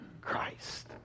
Christ